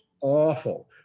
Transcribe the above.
Awful